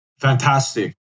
Fantastic